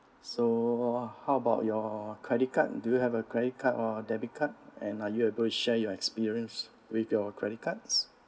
so how about your credit card do you have a credit card or a debit card and are you to share your experience with your credit cards